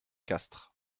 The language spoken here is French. castres